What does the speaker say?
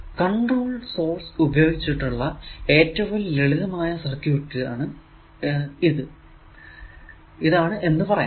control source ഉപയോഗിച്ചുള്ള ഏറ്റവും ലളിതമായ സർക്യൂട് ഇതാണ് എന്ന് പറയാം